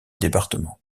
département